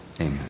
Amen